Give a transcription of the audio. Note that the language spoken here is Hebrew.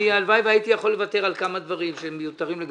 הלוואי והייתי יכול לוותר על כמה דברים שהם מיותרים לגמרי.